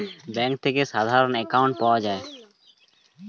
bank থেকে সাধারণ account পাওয়া যায়